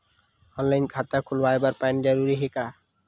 Online खाता खुलवाय बर पैन जरूरी हे का?